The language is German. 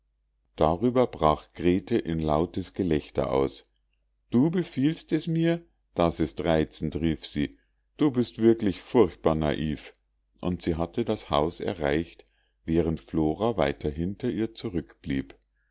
darüber brach grete in ein lautes gelächter aus du befiehlst es mir das ist reizend rief sie du bist wirklich furchtbar naiv und sie hatte das haus erreicht während flora weit hinter ihr zurückblieb